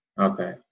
Okay